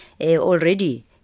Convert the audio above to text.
already